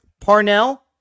Parnell